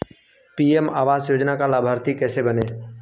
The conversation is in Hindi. पी.एम आवास योजना का लाभर्ती कैसे बनें?